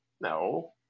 No